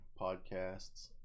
podcasts